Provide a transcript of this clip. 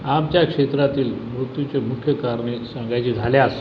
आमच्या क्षेत्रातील मृत्यूचे मुख्य कारणे सांगायचे झाल्यास